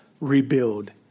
rebuild